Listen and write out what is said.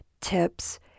tips